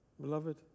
Beloved